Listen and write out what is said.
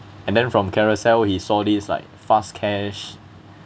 and then from carousell he saw this like fast cash